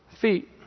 feet